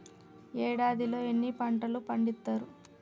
ఏడాదిలో ఎన్ని పంటలు పండిత్తరు?